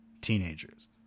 teenagers